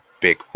Big